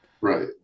right